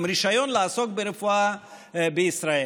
עם רישיון לעסוק ברפואה בישראל.